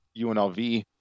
UNLV